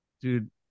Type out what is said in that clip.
Dude